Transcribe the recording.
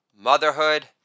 motherhood